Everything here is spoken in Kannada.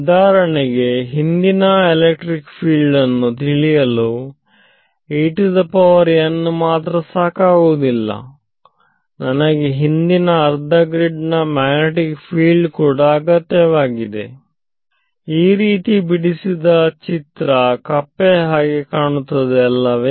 ಉದಾಹರಣೆಗೆ ಹಿಂದಿನ ಎಲೆಕ್ಟ್ರಿಕ್ ಫೀಲ್ಡ್ ಅನ್ನು ತಿಳಿಯಲು ಮಾತ್ರ ಸಾಕಾಗುವುದಿಲ್ಲ ನನಗೆ ಹಿಂದಿನ ಅರ್ಧ ಗ್ರಿಡ್ ನ ಮ್ಯಾಗ್ನೆಟಿಕ್ ಫೀಲ್ಡ್ ಕೂಡ ಅಗತ್ಯವಾಗಿದೆ ಈ ರೀತಿ ಬಿಡಿಸಿದ ಚಿತ್ರ ಕಪ್ಪೆಯ ಹಾಗೆ ಕಾಣುತ್ತದೆ ಅಲ್ಲವೇ